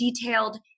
detailed